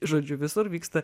žodžiu visur vyksta